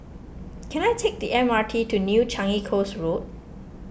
can I take the M R T to New Changi Coast Road